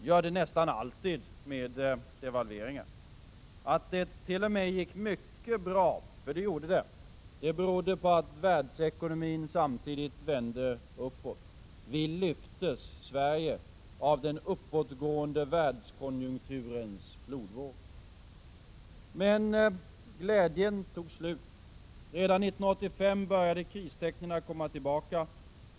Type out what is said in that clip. Det gör det nästan alltid med devalveringar. Att det t.o.m. gick mycket bra — för det gjorde det — berodde på att världsekonomin samtidigt vände uppåt. Sverige lyftes av den uppåtgående världskonjunkturens flodvåg. Men glädjen tog slut. Redan 1985 började kristecknen komma tillbaka.